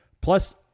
plus